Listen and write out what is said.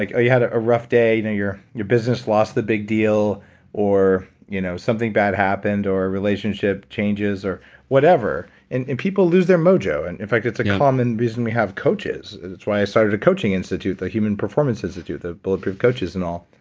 like you had a a rough day, your your business lost the big deal or you know something bad happened or relationship changes or whatever and people lose their mojo and in fact, it's a common reason we have coaches. and it's why i started a coaching institute the human performance institute, the bulletproof coaches and all.